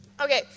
Okay